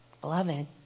Beloved